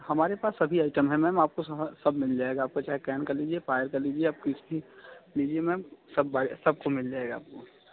हमारे पास सभी आइटम हैं मैम आपको स है सब मिल जाएगा आपको चाहे कैन कर लीजिए फायर का लीजिए आप किसी लीजिए सब बाय सब को मिल जाएगा आपको